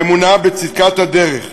האמונה בצדקת הדרך,